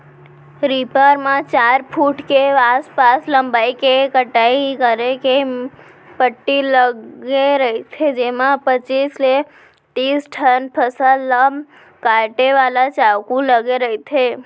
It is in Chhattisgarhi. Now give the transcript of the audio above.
रीपर म चार फूट के आसपास लंबई के कटई करे के पट्टी लगे रहिथे जेमा पचीस ले तिस ठन फसल ल काटे वाला चाकू लगे रहिथे